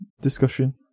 discussion